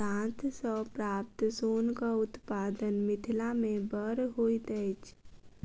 डांट सॅ प्राप्त सोनक उत्पादन मिथिला मे बड़ होइत अछि